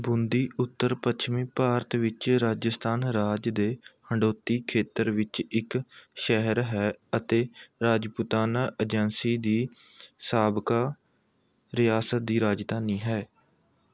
ਬੂੰਦੀ ਉੱਤਰ ਪੱਛਮੀ ਭਾਰਤ ਵਿੱਚ ਰਾਜਸਥਾਨ ਰਾਜ ਦੇ ਹਡੋਤੀ ਖੇਤਰ ਵਿੱਚ ਇੱਕ ਸ਼ਹਿਰ ਹੈ ਅਤੇ ਰਾਜਪੂਤਾਨਾ ਏਜੰਸੀ ਦੀ ਸਾਬਕਾ ਰਿਆਸਤ ਦੀ ਰਾਜਧਾਨੀ ਹੈ